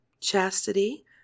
chastity